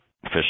fish